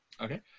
Okay